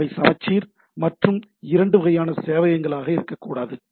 அவை சமச்சீர் மற்றும் இரண்டு வகையான சேவையகங்கள் ஆக இருக்கக்கூடாது